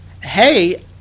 hey